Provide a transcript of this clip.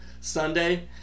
Sunday